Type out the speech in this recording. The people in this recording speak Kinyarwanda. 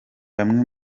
bamwe